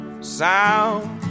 sound